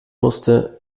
musste